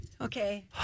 Okay